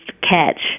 catch